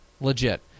Legit